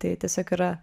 tai tiesiog yra